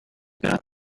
got